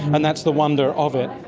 and that's the wonder of it.